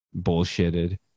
bullshitted